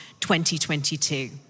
2022